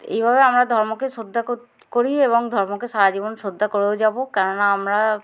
এইভাবে আমরা ধর্মকে শ্রদ্ধা করি এবং ধর্মকে সারা জীবন শ্রদ্ধা করেও যাবো কেননা আমরা